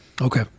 okay